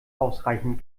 ausreichend